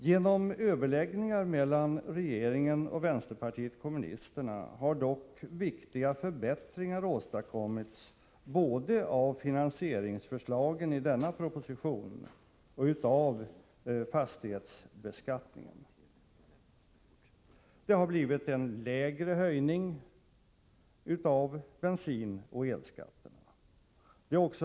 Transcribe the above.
Genom överläggningar mellan regeringen och vänsterpartiet kommunisterna har dock viktiga förbättringar åstadkommits både av finansieringsförslagen i denna proposition och av fastighetsbeskattningen. Det har blivit en lägre höjning av bensinoch elskatterna.